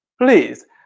Please